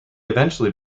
eventually